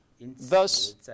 thus